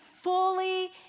fully